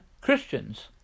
Christians